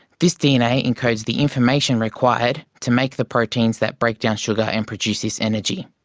this dna encodes the information required to make the proteins that break down sugar and produce this energy.